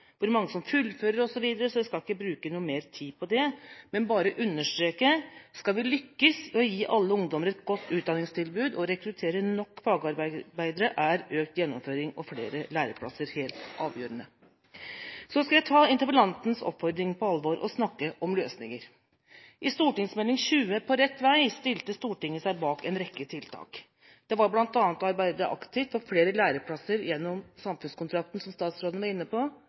hvor mange som fullfører, osv., så jeg skal ikke bruke noe mer tid på det, men bare understreke at skal vi lykkes med å gi alle ungdommer et godt utdanningstilbud og rekruttere nok fagarbeidere, er økt gjennomføring og flere læreplasser helt avgjørende. Så skal jeg ta interpellantens oppfordring på alvor og snakke om løsninger. I Meld. St. 20 for 2012–2013, På rett vei, stilte Stortinget seg bak en rekke tiltak. Det var bl.a. å arbeide aktivt for flere læreplasser gjennom samfunnskontrakten, som statsråden var inne på,